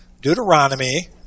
Deuteronomy